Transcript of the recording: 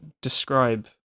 describe